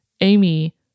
Amy